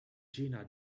jena